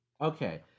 okay